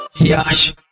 Yash